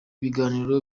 biganiro